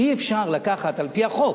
על-פי החוק,